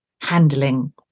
handling